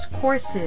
courses